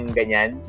ganyan